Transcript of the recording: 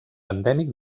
endèmic